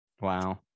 Wow